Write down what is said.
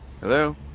Hello